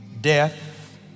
death